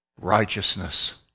Righteousness